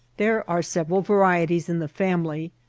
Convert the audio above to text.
there are several vari eties in the family,